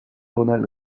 ronald